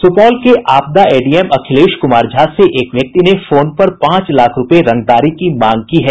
सुपौल के आपदा एडीएम अखिलेश कुमार झा से एक व्यक्ति ने फोन पर पांच लाख रूपये रंगदारी की मांग की है